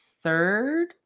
third